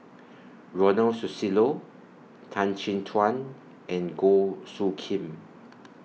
Ronald Susilo Tan Chin Tuan and Goh Soo Khim